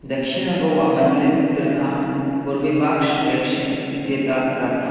दक्षिणगोवा मण्डले कुत्र अहं कोर्बेवाक्ष् व्याक्षीन् इत्येतत् प्राप्नोमि